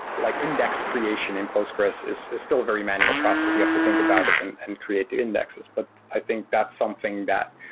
like index creation in postgres is still a very manual process. you have to think about it and and create the indexes, but i think that's something that,